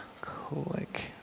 Click